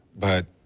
but,